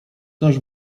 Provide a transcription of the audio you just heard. coś